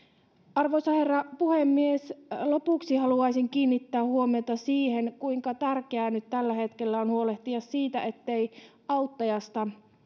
arvoisa herra puhemies lopuksi haluaisin kiinnittää huomiota siihen kuinka tärkeää nyt tällä hetkellä on huolehtia siitä ettei auttajasta